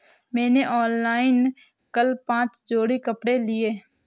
मैंने ऑनलाइन कल पांच जोड़ी कपड़े लिए